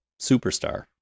superstar